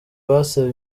basaba